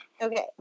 Okay